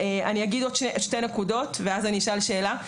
אני אגיד עוד שתי נקודות, ואז אני אשאל שאלה.